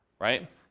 right